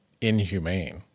inhumane